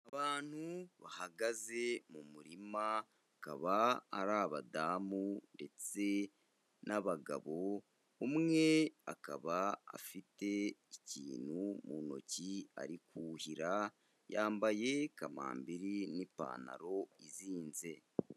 Abantu bahagaze mu murima akaba ari abadamu ndetse n'abagabo, umwe akaba afite ikintu mu ntoki ari kuhira, yambaye kamambiri n'ipantaro izinze.